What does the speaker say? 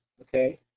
okay